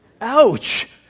Ouch